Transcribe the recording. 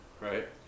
right